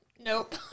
Nope